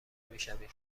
میشویم